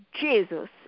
Jesus